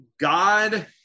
God